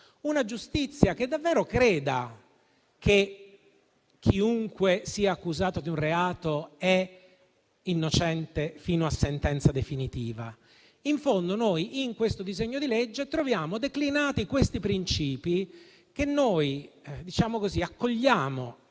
una giustizia che davvero creda che chiunque sia accusato di un reato è innocente fino a sentenza definitiva. In fondo, noi, in questo disegno di legge troviamo declinati principi che accogliamo.